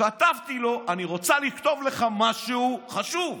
כתבתי לו: אני רוצה לכתוב לך משהו חשוב,